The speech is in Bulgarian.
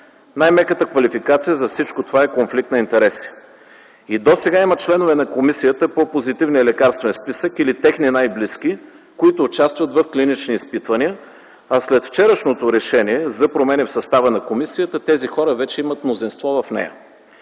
Най-меката квалификация за всичко това е конфликт на интереси. И досега има членове на Комисията по позитивния лекарствен списък или техни най-близки, които участват в клинични изпитвания, а след вчерашното решение за промени в състава на комисията, тези хора вече имат мнозинство в нея.